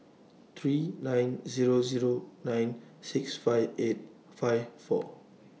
three nine Zero Zero nine six five eight five four